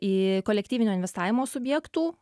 į kolektyvinio investavimo subjektų